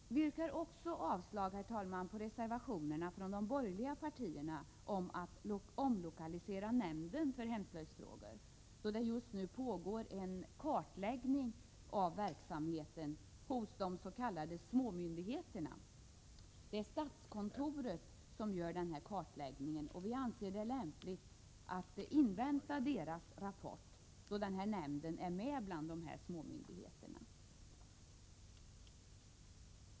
Vi yrkar avslag på reservationerna från de borgerliga partierna om att omlokalisera nämnden för hemslöjdsfrågor, då det just nu pågår en kartläggning av verksamheten hos de s.k. småmyndigheterna. Det är statskontoret som gör denna kartläggning. Vi anser det lämpligt att invänta en rapport från kartläggningen, då nämnden ingår i dessa småmyndigheter.